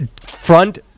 Front